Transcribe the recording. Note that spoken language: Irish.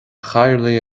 chathaoirligh